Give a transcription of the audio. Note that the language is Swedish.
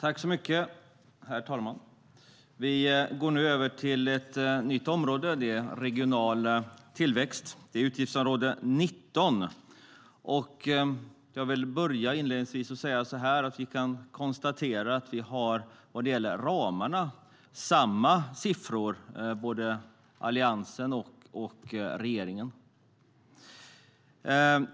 Herr talman! Vi ska nu debattera regional tillväxt, utgiftsområde 19. Låt mig inledningsvis konstatera att regeringen och Alliansen vad beträffar ramarna har samma siffror.